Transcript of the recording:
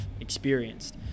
experienced